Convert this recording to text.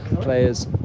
players